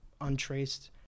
untraced